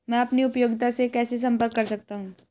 मैं अपनी उपयोगिता से कैसे संपर्क कर सकता हूँ?